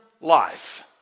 life